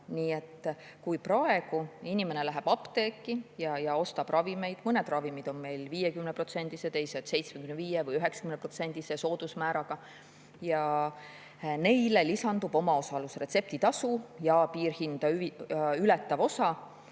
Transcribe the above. Kui praegu inimene läheb apteeki ja ostab ravimeid, siis mõned ravimid on meil 50%-se ja teised 75%-se või 90%-se soodusmääraga ja neile lisandub omaosalus, retseptitasu ja piirhinda ületav osa.